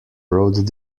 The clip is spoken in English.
road